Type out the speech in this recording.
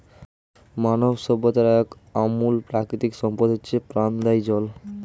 মানব সভ্যতার এক অমূল্য প্রাকৃতিক সম্পদ হচ্ছে প্রাণদায়ী জল